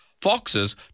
Foxes